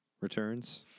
returns